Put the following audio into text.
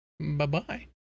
bye-bye